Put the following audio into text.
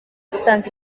gutanga